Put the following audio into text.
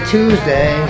Tuesday